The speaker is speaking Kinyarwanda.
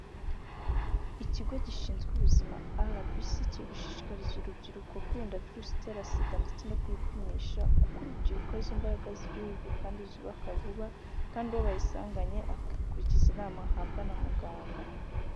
Ikigo gishinzwe ubuzima rbc kiei gushishikariza urubyiruko kwirinda virusi itera sida ndetse no kuyipimisha, kuko urubyiruko arizo mbaraga z'igihugu kandi zubaka vuba kandi uwo bayisanganye akurikiza inama ahabwa na muganga.